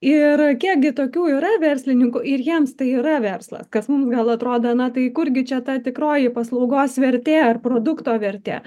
ir kiek gi tokių yra verslininkų ir jiems tai yra verslas kas mum gal atrodo na tai kur gi čia ta tikroji paslaugos vertė ar produkto vertė